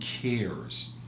cares